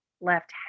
left